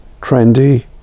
trendy